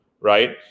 right